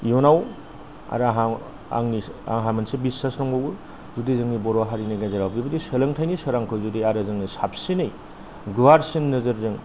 इयुनाव आरो आंहा आंनि आंहा मोनसे बिसास दंबावो जुदि जोंनि बर' हारिनि गेजेराव बेबायदि सोलोंथाइनि सोरांखौ जुदि आरो जोङो साबसिनै गुवारसिन नोजोरजों